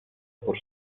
por